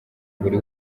buri